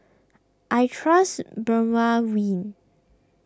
I trust Dermaveen